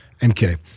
MK